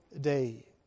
day